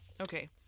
Okay